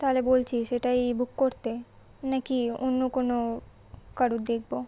তাহলে বলছিস এটাই বুক করতে নাকি অন্য কোনো কারো দেখব